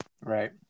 Right